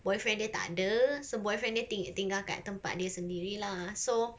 boyfriend dia tak ada so boyfriend dia ti~ tinggal kat tempat dia sendiri lah so